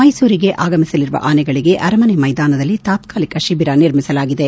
ಮೈಸೂರಿಗೆ ಆಗಮಿಸಲಿರುವ ಆನೆಗಳಿಗೆ ಅರಮನೆ ಮೈದಾನದಲ್ಲಿ ತಾತ್ತಲಿಕ ಶಿಬಿರ ನಿರ್ಮಿಸಲಾಗಿದೆ